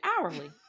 hourly